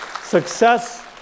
Success